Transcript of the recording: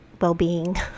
well-being